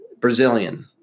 Brazilian